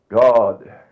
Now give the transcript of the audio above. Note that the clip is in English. God